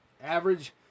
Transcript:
average